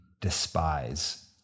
despise